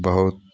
बहुत